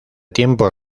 tiempos